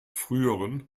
früheren